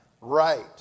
right